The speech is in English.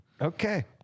Okay